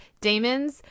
Damons